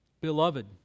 Beloved